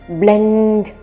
blend